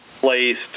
placed